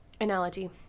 analogy